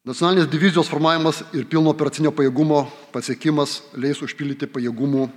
desantinės divizijos formavimas ir pilno operacinio pajėgumo pasiekimas leis užpildyti pajėgumų